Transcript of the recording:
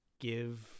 give